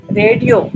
radio